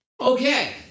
Okay